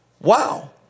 Wow